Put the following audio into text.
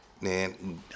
man